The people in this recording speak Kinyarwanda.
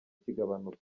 kigabanuka